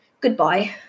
Goodbye